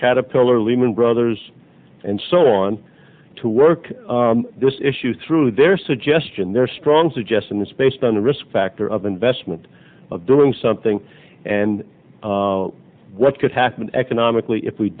caterpillar lehman brothers and so on to work this issue through their suggestion their strong suggestion is based on the risk factor of investment of doing something and what could happen economically if we